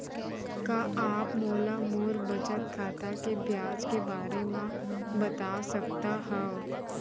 का आप मोला मोर बचत खाता के ब्याज के बारे म बता सकता हव?